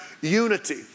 unity